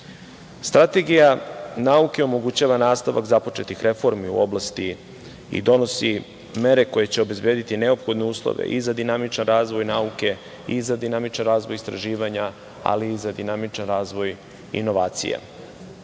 Strategija nauke omogućava nastavak započetih reformi u oblasti i donosi mere koje će obezbediti neophodne uslove i za dinamičan razvoj nauke i za dinamičan razvoj istraživanja, ali i za dinamičan razvoj inovacija. Zakonom